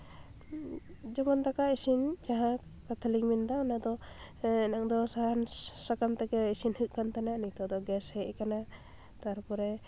ᱡᱮᱢᱚᱱ ᱫᱟᱠᱟ ᱤᱥᱤᱱ ᱡᱟᱦᱟᱸ ᱠᱟᱛᱷᱟᱞᱤᱧ ᱢᱮᱱᱫᱟ ᱚᱱᱟ ᱫᱚ ᱩᱱ ᱫᱚ ᱥᱟᱦᱟᱱ ᱥᱟᱠᱟᱢ ᱛᱮᱜᱮ ᱤᱥᱤᱱ ᱦᱩᱭᱩᱜ ᱠᱟᱱ ᱛᱟᱦᱮᱱ ᱱᱤᱛᱳᱜ ᱫᱚ ᱜᱮᱥ ᱦᱮᱡ ᱠᱟᱱᱟ ᱛᱟᱨᱯᱚᱨᱮ